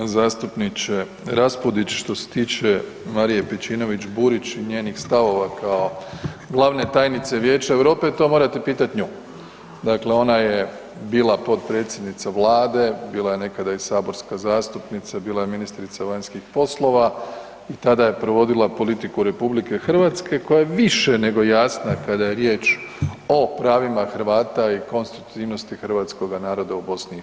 Zastupniče Raspudić, što se tiče Marije Pejčinović Burić i njenih stavova kao glavne tajnice Vijeća Europe, to morate pitat nju, dakle ona je bila potpredsjednica vlade, bila je nekada i saborska zastupnica, bila je ministrica vanjskih poslova i tada je provodila politiku RH koja je više nego jasna kada je riječ o pravima Hrvata i konstitutivnosti hrvatskoga naroda u BiH.